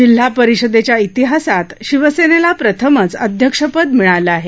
जिल्हा परिषदेच्या इतिहासात शिवसेनेला प्रथमच अध्यक्षपद मिळालं आहे